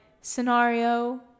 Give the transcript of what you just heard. scenario